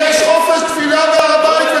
יש חופש תפילה בהר-הבית,